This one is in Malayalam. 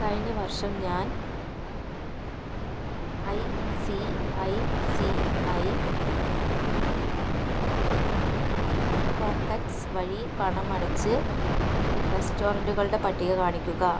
കഴിഞ്ഞ വർഷം ഞാൻ I C I C I pockets വഴി പണം അടച്ച് റെസ്റ്റോറൻറുകളുടെ പട്ടിക കാണിക്കുക